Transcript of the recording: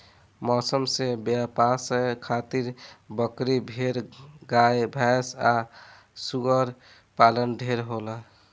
मांस के व्यवसाय खातिर बकरी, भेड़, गाय भैस आ सूअर पालन ढेरे होला